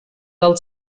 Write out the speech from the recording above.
del